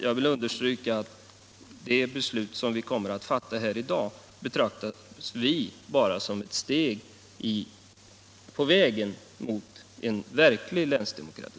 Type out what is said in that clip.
Jag vill understryka att det beslut som riksdagen kommer att fatta i dag betraktar vi bara som ett steg på vägen mot en verklig länsdemokrati.